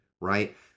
Right